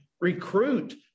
recruit